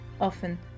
often